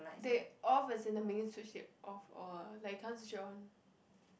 lights eh